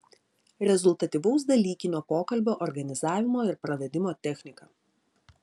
rezultatyvaus dalykinio pokalbio organizavimo ir pravedimo technika